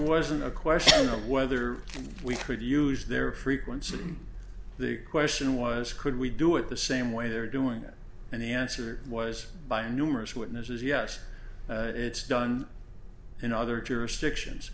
wasn't a question of whether we could use their frequency the question was could we do it the same way they're doing it and the answer was by numerous witnesses yes it's done in other jurisdictions